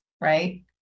right